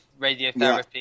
radiotherapy